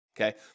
Okay